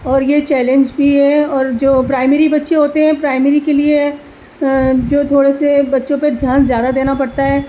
اور یہ چیلینج بھی ہے اور جو پرائمری بچے ہوتے ہیں پرائمری کے لیے جو تھوڑے سے بچے پہ دھیان زیادہ دینا پڑتا ہے